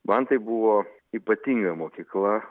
man tai buvo ypatinga mokykla